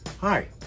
Hi